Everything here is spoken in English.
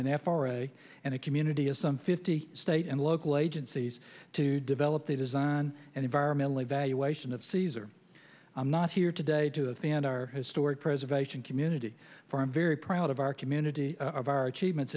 and f r a and a community of some fifty state and local agencies to develop the design and environmental evaluation of cesar i'm not here today to advance our historic preservation community for i'm very proud of our community of our achievements